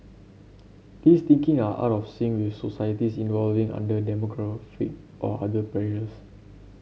these thinking are out of sync with societies evolving under demographic or other pressures